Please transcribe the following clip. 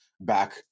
back